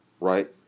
right